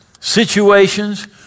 situations